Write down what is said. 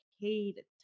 hated